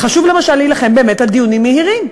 חשוב למשל להילחם באמת על דיונים מהירים.